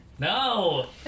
No